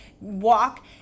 walk